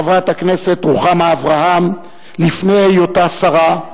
חברת הכנסת רוחמה אברהם לפני היותה שרה,